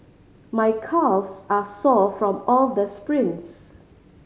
my calves are sore from all the sprints